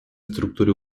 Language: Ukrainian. структури